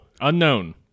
Unknown